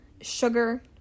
sugar